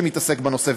שמתעסק בנושא,